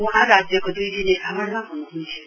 वहाँ राज्यको दुई दिने भ्रमणमा हुनुहुन्थ्यो